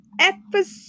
episode